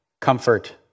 comfort